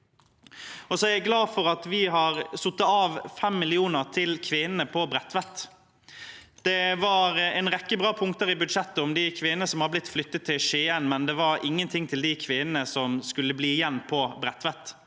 Jeg er glad for at vi har satt av 5 mill. kr til kvinnene på Bredtveit. Det var en rekke bra punkter i budsjettet om de kvinnene som har blitt flyttet til Skien, men det var ingenting til de kvinnene som skulle bli igjen på Bredtveit.